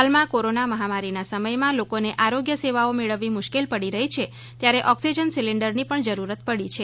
હાલમાં કોરોના મહામારીના સમયમાં લોકોને આરોગ્ય સેવાઓ મેળવવી મુશ્કેલ પડી રહી છે ત્યારે ઓક્સિજન સિલિંડરની પણ જરૂરિયાત પડી છે